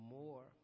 more